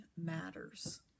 matters